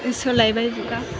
सोलायबाय जुगा